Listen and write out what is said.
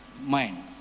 mind